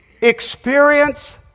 experience